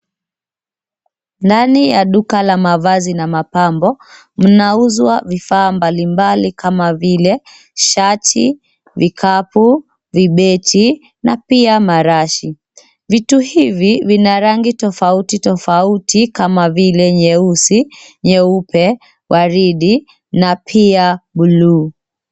Ndani ya duka la mavazi na mapambo. Mnauzwa vifaa mbalimbali kama vile shati, vikapu, vibeti na pia marashi. Vitu hivi vina rangi tofauti tofauti kama vile nyeusi, nyeupe, waridi na pia bluu.